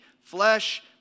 flesh